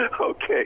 okay